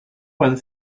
one